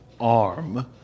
arm